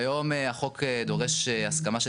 כיום החוק דורש הסכמה של